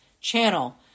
channel